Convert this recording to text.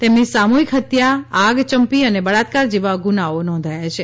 તેમની સામૂહીક હત્યા આગચંપી અને બાળાત્કાર જેવા ગુનાઓ નોંધાયા છે